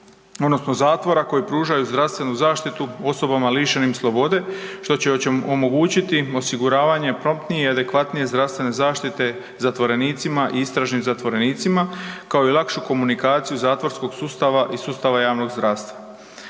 odnosno zatvora koji pružaju zdravstvenu zaštitu osobama lišenih slobode, što će omogućiti osiguravanje promptnije i adekvatnije zdravstvene zaštite zatvorenicima i istražnim zatvorenicima, kao i lakšu komunikaciju zatvorskog sustava i sustava javnog zdravstva.